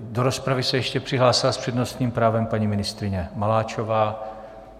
Do rozpravy se ještě přihlásila s přednostním právem paní ministryně Maláčová